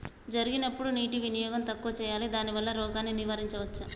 జరిగినప్పుడు నీటి వినియోగం తక్కువ చేయాలి దానివల్ల రోగాన్ని నివారించవచ్చా?